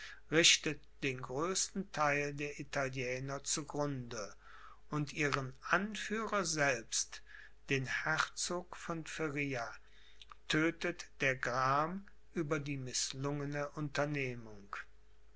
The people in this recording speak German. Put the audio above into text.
richtet den größten theil der italiener zu grunde und ihren anführer selbst den herzog von feria tödtet der gram über die mißlungene unternehmung